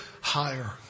higher